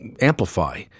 amplify